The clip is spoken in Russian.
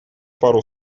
пару